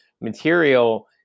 material